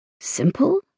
Simple